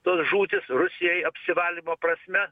tos žūtys rusijai apsivalymo prasme